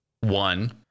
one